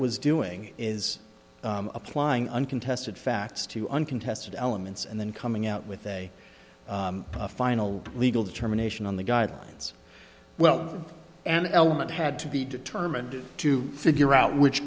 was doing is applying uncontested facts to uncontested elements and then coming out with a final legal determination on the guidelines well an element had to be determined to figure out which